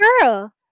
girl